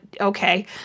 Okay